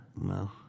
No